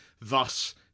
thus